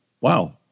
wow